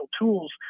tools